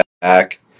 back